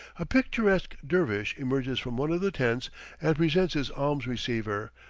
a picturesque dervish emerges from one of the tents and presents his alms-receiver,